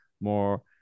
more